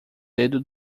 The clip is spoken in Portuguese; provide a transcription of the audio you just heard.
dedo